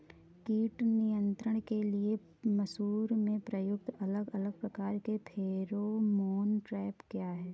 कीट नियंत्रण के लिए मसूर में प्रयुक्त अलग अलग प्रकार के फेरोमोन ट्रैप क्या है?